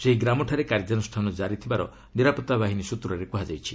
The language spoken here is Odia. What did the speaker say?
ସେହି ଗ୍ରାମଠାରେ କାର୍ଯ୍ୟାନୁଷ୍ଠାନ ଜାରି ଥିବାର ନିରାପତ୍ତା ବାହିନୀ ସ୍ନତ୍ରରେ କୁହାଯାଇଛି